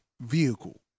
vehicle